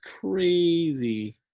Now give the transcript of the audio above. crazy